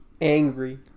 angry